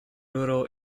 rural